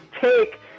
take